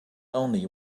only